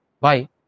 bye